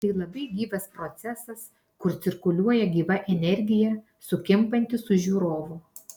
tai labai gyvas procesas kur cirkuliuoja gyva energija sukimbanti su žiūrovu